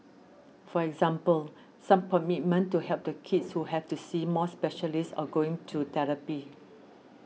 for example some commitment to help the kids who have to see more specialists or going to therapy